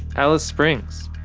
alice springs.